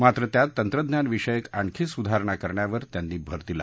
मात्र त्यात तंत्रज्ञानविषयक आणखी सुधारणा करण्यावर त्यांनी भर दिला